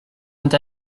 vient